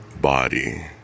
Body